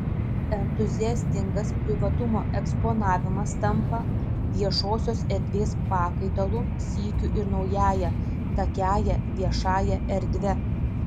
entuziastingas privatumo eksponavimas tampa viešosios erdvės pakaitalu sykiu ir naująją takiąja viešąja erdve